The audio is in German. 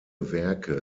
werke